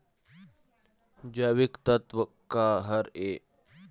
जैविकतत्व का हर ए?